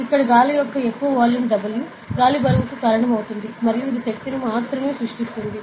ఇక్కడ గాలి యొక్క ఎక్కువ వాల్యూమ్ W గాలి బరువుకు కారణమవుతుంది మరియు ఇది శక్తిని మాత్రమే సృష్టిస్తుంది